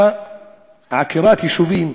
בעקירת יישובים.